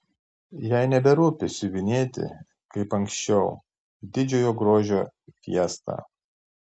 jai neberūpi siuvinėti kaip anksčiau didžiojo grožio fiestą